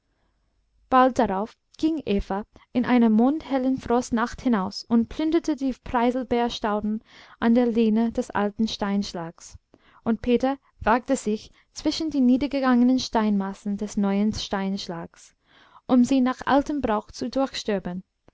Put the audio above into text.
bald darauf ging eva in einer mondhellen frostnacht hinaus und plünderte die preiselbeerstauden an der lehne des alten steinschlags und peter wagte sich zwischen die niedergegangenen steinmassen des neuen steinschlags um sie nach altem brauch zu